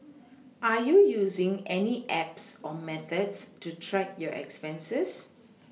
are you using any apps or methods to track your expenses